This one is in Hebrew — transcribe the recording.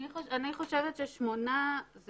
אני חושבת ששמונה,